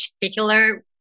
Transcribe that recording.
particular